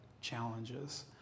challenges